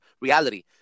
reality